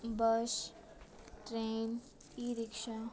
bus train e rickshaw